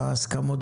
ההחלטה מאושרת.